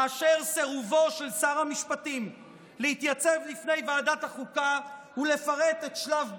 מאשר סירובו של שר המשפטים להתייצב בפני ועדת החוקה ולפרט את שלב ב',